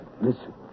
listen